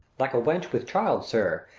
like a wench with child, sir,